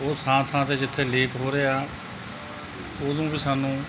ਉਹ ਥਾਂ ਥਾਂ 'ਤੇ ਜਿੱਥੇ ਲੀਕ ਹੋ ਰਿਹਾ ਉਦੋਂ ਵੀ ਸਾਨੂੰ